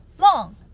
long